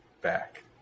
back